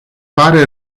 pare